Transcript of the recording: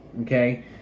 Okay